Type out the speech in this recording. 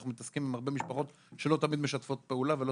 אנחנו מתעסקים עם הרבה משפחות שלא תמיד משתפות פעולה ולא